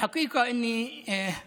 (אומר